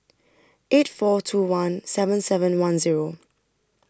eight four two one seven seven one Zero